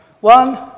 One